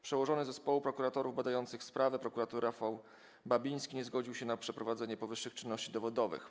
Przełożony zespołu prokuratorów badających sprawę prokurator Rafał Babiński nie zgodził się na przeprowadzenie powyższych czynności dowodowych.